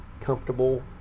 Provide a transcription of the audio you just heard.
comfortable